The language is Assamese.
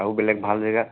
আৰু বেলেগ ভাল জেগা